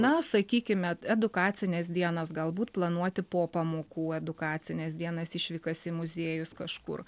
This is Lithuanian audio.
na sakykime edukacines dienas galbūt planuoti po pamokų edukacines dienas išvykas į muziejus kažkur